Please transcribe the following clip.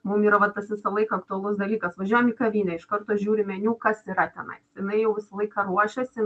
mum yra va tas visą laiką aktualus dalykas važiuojam į kavinę iš karto žiūrim meniu kas yra tenai jinai jau visą laiką ruošiuosi